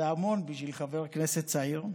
זה המון בשביל חבר כנסת צעיר.